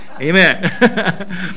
amen